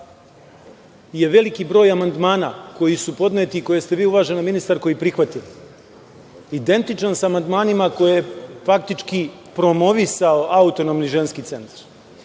da je veliki broj amandmana koji su podneti, koje ste vi, uvaženaministarko, i prihvatili, identičan sa amandmanima koje je faktički promovisao Autonomni ženski centar.